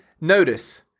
Notice